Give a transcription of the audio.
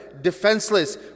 defenseless